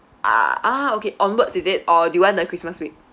ah ah okay onwards is it or do you want the christmas week